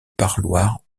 parloir